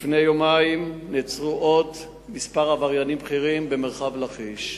לפני יומיים נעצרו עוד כמה עבריינים בכירים במרחב לכיש.